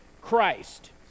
Christ